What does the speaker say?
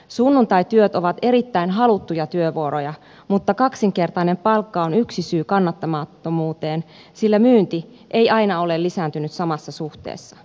sunnuntaityöt ovat erittäin haluttuja työvuoroja mutta kaksinkertainen palkka on yksi syy kannattamattomuuteen sillä myynti ei aina ole lisääntynyt samassa suhteessa